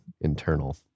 internal